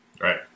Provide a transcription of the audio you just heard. Right